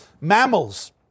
mammals